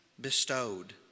bestowed